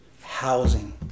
housing